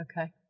Okay